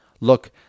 Look